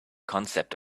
concept